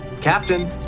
captain